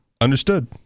Understood